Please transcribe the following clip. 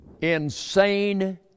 insane